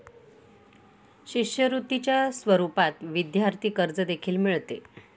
शिष्यवृत्तीच्या स्वरूपात विद्यार्थी कर्ज देखील मिळते